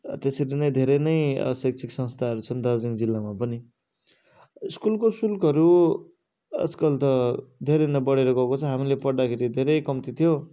त्यसरी नै धेरै नै शैक्षिक संस्थाहरू छन् दार्जिलिङ जिल्लामा पनि स्कुलको शुल्कहरू आज कल त धेरै नै बढेर गएको छ हामीले पढ्दाखेरि धेरै कम्ती थियो